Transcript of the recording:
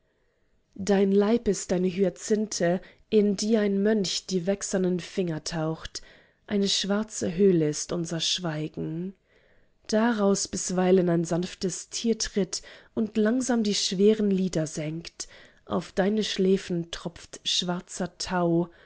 dein leib ist eine hyazinthe in die ein mönch die wächsernen finger taucht eine schwarze höhle ist unser schweigen daraus bisweilen ein sanftes tier tritt und langsam die schweren lider senkt auf deine schläfen tropft schwarzer tau